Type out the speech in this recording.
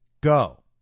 go